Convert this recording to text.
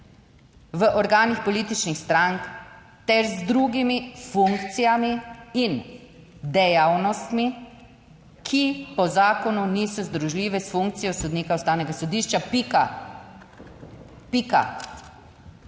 v organih političnih strank ter z drugimi funkcijami in dejavnostmi, ki po zakonu niso združljive s funkcijo sodnika Ustavnega sodišča, pika.